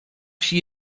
wsi